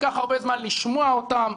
ייקח הרבה זמן לשמוע אותן.